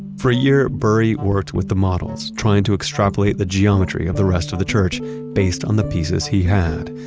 for a year burry worked with the models, trying to extrapolate the geometry of the rest of the church based on the pieces he had.